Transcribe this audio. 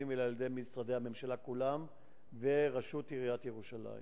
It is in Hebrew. אלא על-ידי משרדי הממשלה כולם בראשות עיריית ירושלים.